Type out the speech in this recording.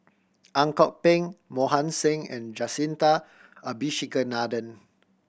Ang Kok Peng Mohan Singh and Jacintha Abisheganaden